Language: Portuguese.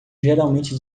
geralmente